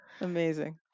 amazing